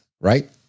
Right